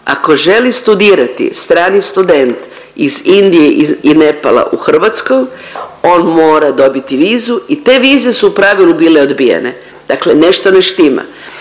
ako želi studirati strani student iz Indije i Nepala u Hrvatskoj on mora dobiti vizu i te vize su u pravilu bile odbijene. Dakle, nešto ne štima.